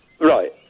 Right